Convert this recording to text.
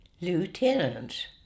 lieutenant